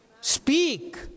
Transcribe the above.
Speak